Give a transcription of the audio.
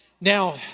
Now